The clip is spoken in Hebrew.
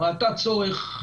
למשל,